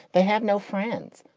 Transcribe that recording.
they have no friends.